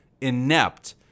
inept